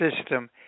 system